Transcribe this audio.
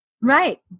Right